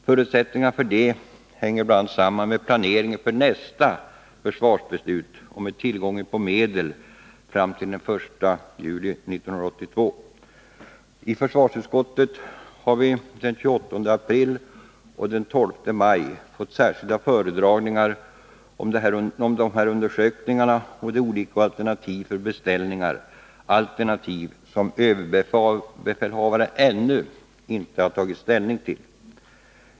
Förutsättningarna för detta hänger bl.a. samman med planeringen för nästa försvarsbeslut och med tillgången på medel fram till den 1 juli 1982. Försvarsutskottet har den 28 april och den 12 maj fått särskilda föredragningar om dessa undersökningar och om olika alternativ för beställningar — alternativ som överbefälhavaren ännu inte hade tagit ställning till.